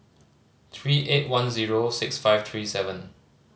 three eight one zero six five three seven